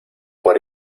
por